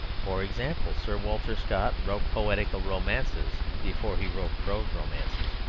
for example, sir walter scott wrote poetical romances before he wrote prose romances.